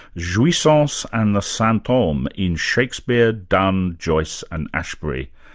jouissance and the sinthome in shakespeare, donne, joyce and ashbery.